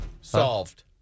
Solved